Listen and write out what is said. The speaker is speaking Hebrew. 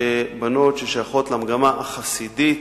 שבנות ששייכות למגמה החסידית,